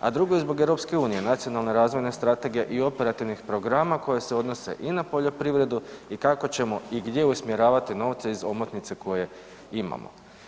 a drugo i zbog EU, nacionalne razvojne strategije i operativnih programa koji se odnose i na poljoprivredu i kako ćemo i gdje usmjeravati novce iz omotnice koje imamo.